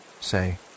say